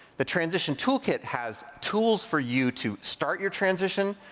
the transition toolkit has tools for you to start your transition.